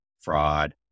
fraud